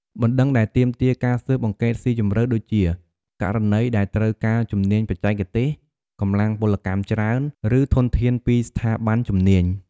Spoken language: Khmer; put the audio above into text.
បណ្តឹងដែលទាមទារការស៊ើបអង្កេតស៊ីជម្រៅដូចជា ករណីដែលត្រូវការជំនាញបច្ចេកទេស កម្លាំងពលកម្មច្រើន ឬធនធានពីស្ថាប័នជំនាញ។